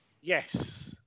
Yes